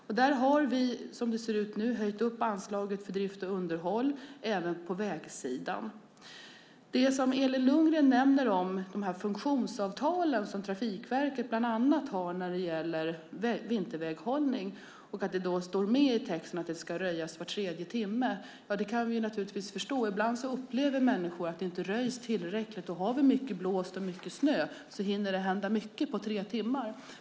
Nu har vi höjt anslaget till drift och underhåll även på vägsidan. Elin Lundgren nämner funktionsavtalen som Trafikverket har när det gäller vinterväghållning och att det står att det ska röjas var tredje timme. Ibland upplever människor att det inte röjs tillräckligt. Om det är mycket blåst och mycket snö hinner det hända mycket på tre timmar.